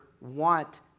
want